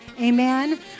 Amen